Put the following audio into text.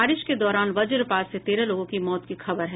बारिश के दौरान वज्रपात से तेरह लोगों की मौत की खबर है